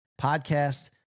podcast